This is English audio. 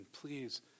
please